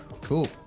Cool